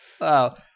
Wow